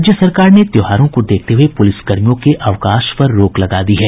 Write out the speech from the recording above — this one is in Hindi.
राज्य सरकार ने त्योहारों को देखते हुये पुलिसकर्मियों के अवकाश पर रोक लगा दी है